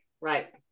right